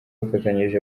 bafatanyije